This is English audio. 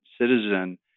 citizen